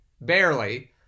barely